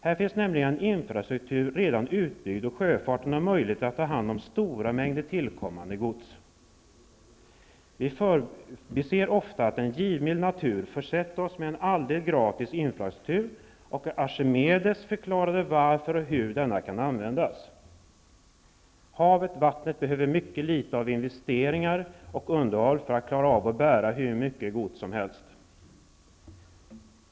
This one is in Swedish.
Här finns nämligen infrastrukturen redan utbyggd, och sjöfarten har möjlighet att ta hand om stora mängder tillkommande gods. Vi förbiser ofta att en givmild natur alldeles gratis försett oss med en infrastruktur, och Archimedes förklarade varför och hur denna kan användas. Havet, vattnet, behöver mycket litet av investeringar och underhåll för att klara av att bära hur mycket gods som helst.